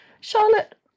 Charlotte